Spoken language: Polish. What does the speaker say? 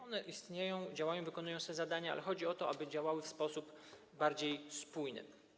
One istnieją, działają i wykonują swe zadania, ale chodzi o to, aby działały w sposób bardziej spójny.